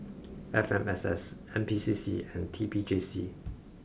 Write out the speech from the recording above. F M S S N P C C and T P J C